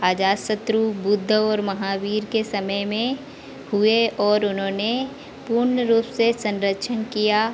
अजातशत्रु बुद्ध और महावीर के समय में हुए और उन्होंने पूर्ण रूप से संरक्षण किया